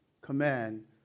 command